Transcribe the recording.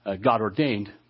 God-ordained